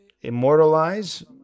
immortalize